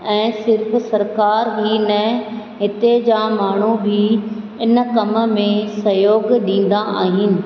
ऐं सिर्फ़ु सरकार ई न हिते जा माण्हू बि इन कम में सहियोगु ॾींदा आहिनि